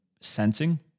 sensing